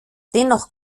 dennoch